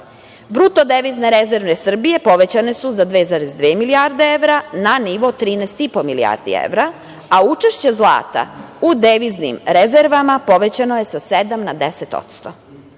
Bruto devizne rezerve Srbije povećane su za 2,2 milijarde evra na nivo od 13,5 milijardi evra, a učešće zlata u deviznim rezervama povećano je sa sedam